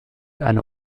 eine